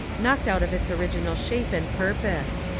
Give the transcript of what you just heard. knocked out of its original shape and purpose.